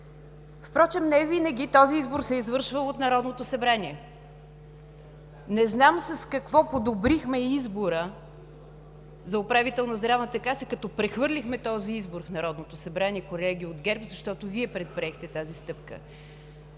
Впрочем не винаги този избор се е извършвал от Народното събрание. Не знам с какво подобрихме избора за управител на Здравната каса, като прехвърлихме този избор в Народното събрание, колеги от ГЕРБ, защото Вие предприехте тази стъпка.